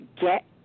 get